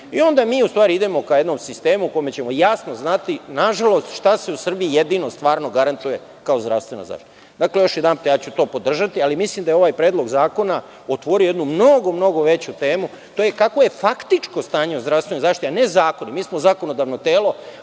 i onda mi, u stvari, idemo ka jednom sistemu u kome ćemo jasno znati, nažalost, šta se u Srbiji jedino stvarno garantuje kao zdravstvena zaštita. Dakle, još jedanput, ja ću to podržati, ali mislim da je ovaj predlog zakona otvorio jednu mnogo, mnogo veću temu a to je kakvo je faktičko stanje zdravstvene zaštite, a ne zakoni. Mi smo zakonodavno telo,